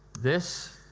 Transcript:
this